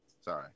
Sorry